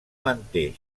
manté